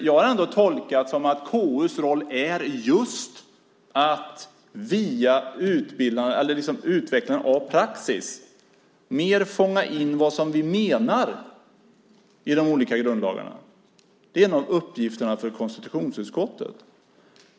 Jag har ändå tolkat det så att KU:s roll är just att via utvecklingen av praxis fånga in vad vi menar i de olika grundlagarna. Det är en av uppgifterna för konstitutionsutskottet.